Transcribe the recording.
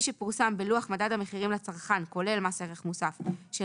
שפורסם בלוח מדד המחירים לצרכן (כולל מס ערך מוסף) של